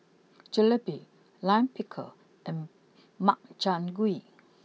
Jalebi Lime Pickle and Makchang Gui